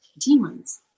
demons